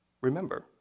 Remember